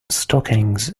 stockings